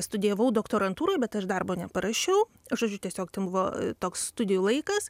studijavau doktorantūroj bet aš darbo neparašiau žodžiu tiesiog ten buvo toks studijų laikas